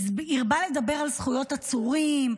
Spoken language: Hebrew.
הרבה לדבר על זכויות עצורים.